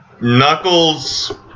Knuckles